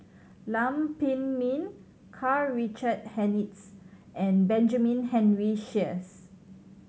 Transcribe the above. Lam Pin Min Karl Richard Hanitsch and Benjamin Henry Sheares